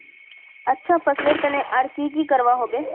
अच्छा फसलेर तने आर की की करवा होबे?